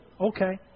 okay